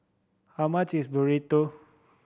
how much is Burrito